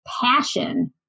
passion